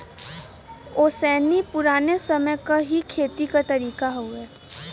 ओसैनी पुराने समय क ही खेती क तरीका हउवे